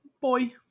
boy